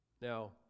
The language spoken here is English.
Now